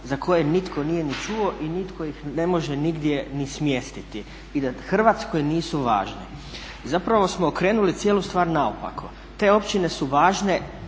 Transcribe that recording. za koje nitko nije ni čuo i nitko ih ne može nigdje ni smjestiti i da Hrvatskoj nisu važne. Zapravo smo okrenuli cijelu stvar naopako. Te općine su važne